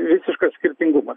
visiškas skirtingumas